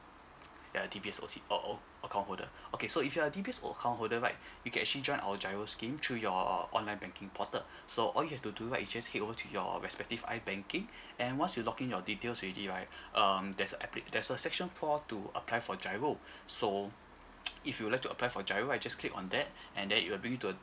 you're a D_B_S O_C or oh account holder okay so if you're a D_B_S account holder right you can actually join our GIRO scheme through your online banking portal so all you have to do right is just head over to your respective ibanking and once you login your details already right um there's a appli~ there's a section for to apply for GIRO so if you like to apply for GIRO right just click on that and then it will bring you to a